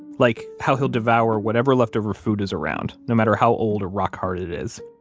like how he'll devour whatever leftover food is around, no matter how old or rock-hard it is,